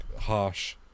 harsh